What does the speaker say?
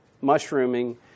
mushrooming